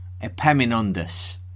Epaminondas